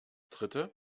dritte